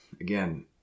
Again